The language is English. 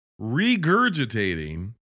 regurgitating